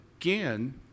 again